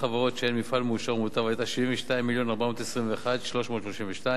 מפעל מאושר או מוטב היתה 72 מיליון ו-421,332 שקלים.